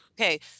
Okay